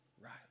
right